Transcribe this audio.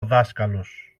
δάσκαλος